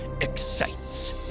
excites